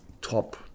top